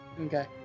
Okay